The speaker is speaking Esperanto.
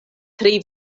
tri